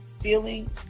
feeling